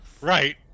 Right